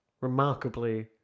remarkably